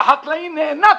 שהחקלאי נאנק,